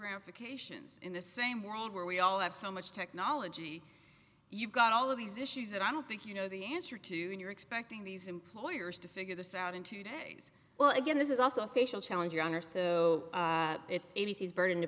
ramifications in the same world where we all have so much technology you've got all of these issues that i don't think you know the answer to and you're expecting these employers to figure this out in two days well again this is also a facial challenge your honor so it's a b c s burden to